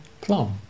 plum